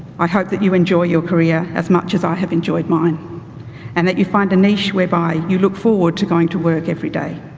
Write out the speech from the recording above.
i hope that you enjoy your career as much as i have enjoyed mine and that you find a niche whereby you look forward to going to work every day.